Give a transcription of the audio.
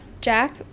Jack